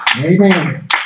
Amen